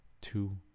two